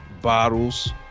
bottles